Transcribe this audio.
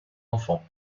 enfant